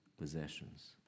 possessions